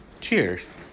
cheers